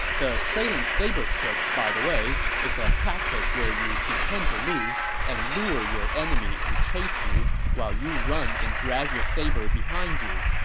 the trailing saber trick, by the way, is a tactic where you pretend to lose and lure your opponent to chase you while you run and drag your saber behind you.